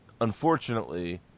unfortunately